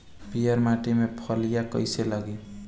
पीयर माटी में फलियां कइसे लागी?